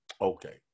Okay